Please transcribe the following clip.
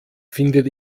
findet